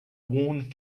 worn